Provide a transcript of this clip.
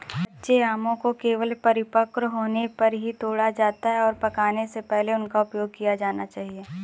कच्चे आमों को केवल परिपक्व होने पर ही तोड़ा जाता है, और पकने से पहले उनका उपयोग किया जाना चाहिए